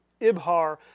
Ibhar